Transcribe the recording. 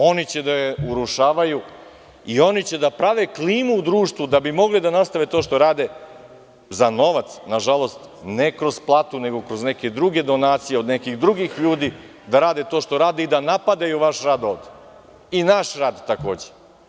Oni će da je urušavaju i oni će da prave klimu u društvu da bi mogli da nastave to što rade, za novac, nažalost, ne kroz platu nego kroz neke druge donacije, od nekih drugih ljudi, da rade to što rade i da napadaju vaš rad ovde, i naš rad, takođe.